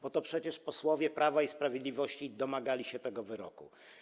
Bo to przecież posłowie Prawa i Sprawiedliwości domagali się tego wyroku.